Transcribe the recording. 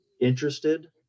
interested